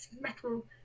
metal